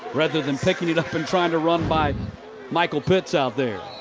rather than picking it up and trying to run by michael pitts out there.